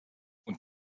und